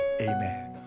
Amen